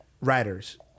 writers